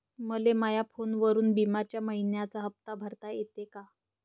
मले माया फोनवरून बिम्याचा मइन्याचा हप्ता भरता येते का?